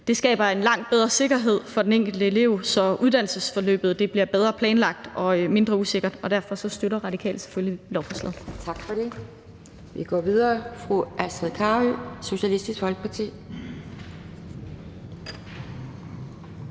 Det skaber en langt bedre sikkerhed for den enkelte elev, da uddannelsesforløbet bliver bedre planlagt og mindre usikkert, og derfor støtter Radikale selvfølgelig lovforslaget. Kl. 12:08 Anden næstformand (Pia Kjærsgaard): Tak for det. Vi går videre til fru Astrid Carøe, Socialistisk Folkeparti.